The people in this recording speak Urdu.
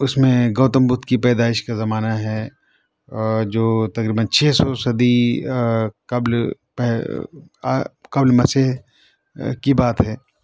اُس میں گوتم بدھ کی پیدائش کا زمانہ ہے جو تقریباً چھ سو صدی قبل قبل مسیح کی بات ہے